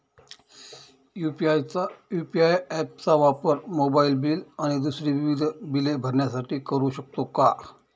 UPI app चा वापर mobile bill आणि दुसरी विविध बिले भरण्यासाठी करू शकतो का?